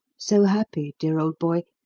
so happy, dear old boy,